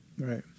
Right